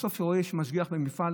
בסוף, כשרואים משגיח במפעל,